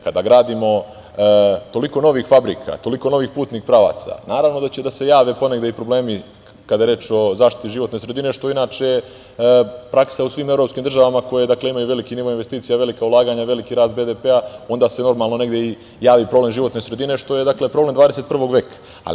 Kada gradimo toliko novih fabrika, toliko novih putnih pravaca naravno da će da se jave ponegde i problemi kada je reč o zaštiti životne sredine, što je inače praksa u svim evropskim državama koje imaju veliki nivo investicija, velika ulaganja, veliki rast BDP onda se normalno negde i javi problem životne sredine, što je problem 21. veka.